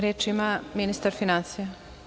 Reč ima ministar finansija.